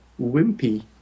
Wimpy